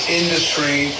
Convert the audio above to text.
industry